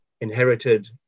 inherited